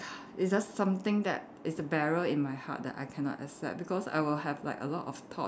it's just something that is bury in my heart that I cannot accept because I will have like a lot of thoughts that